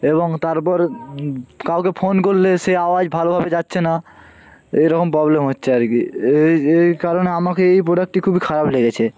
এবং তারপর কাউকে ফোন করলে সে আওয়াজ ভালোভাবে যাচ্ছে না এইরকম প্রবলেম হচ্ছে আর কি এই কারণে আমাকে এই প্রোডাক্টটি খুবই খারাপ লেগেছে